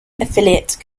affiliate